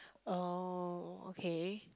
oh okay